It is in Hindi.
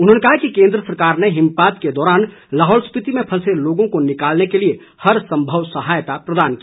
उन्होंने कहा कि केंद्र सरकार ने हिमपात के दौरान लाहौल स्पिति में फंसे लोगों को निकालने के लिए हर संभव सहायता प्रदान की